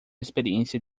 experiência